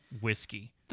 whiskey